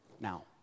now